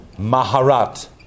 maharat